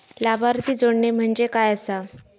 लाभार्थी जोडणे म्हणजे काय आसा?